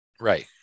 Right